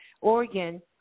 Oregon